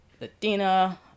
Latina